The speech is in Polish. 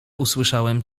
usłyszałem